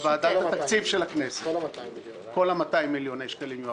בוועדה לתקציב של הכנסת, כל ה-200 מיליוני שקלים.